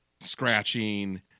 scratching